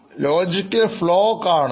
Logical flow കാണുന്നു